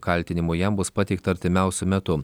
kaltinimų jam bus pateikta artimiausiu metu